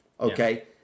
okay